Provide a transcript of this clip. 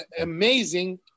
amazing